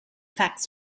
fax